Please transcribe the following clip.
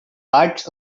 hearts